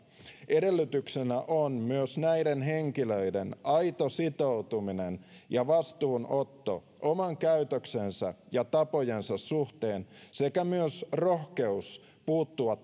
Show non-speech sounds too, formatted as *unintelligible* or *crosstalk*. edellytyksenä on myös näiden henkilöiden aito sitoutuminen ja vastuunotto oman käytöksensä ja tapojensa suhteen sekä myös rohkeus puuttua *unintelligible*